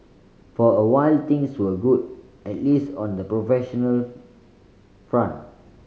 for a while things were good at least on the professional front